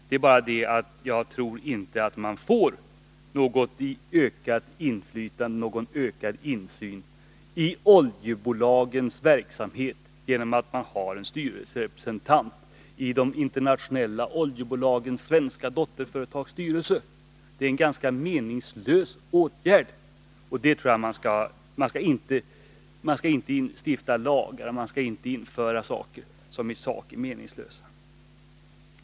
Det är bara den olikheten att jag inte tror att man får något ökat inflytande eller någon ökad insyn i oljebolagens verksamhet genom att man har en styrelserepresentant i de internationella oljebolagens svenska dotterföretags styrelser. Det är en ganska meningslös åtgärd. Och jag tycker inte att man skall instifta lagar eller vidta andra åtgärder som i sak är meningslösa.